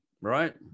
right